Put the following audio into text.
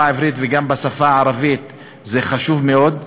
העברית וגם בשפה הערבית היא חשובה מאוד,